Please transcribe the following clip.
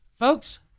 Folks